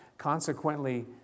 Consequently